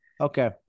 okay